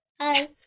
Hi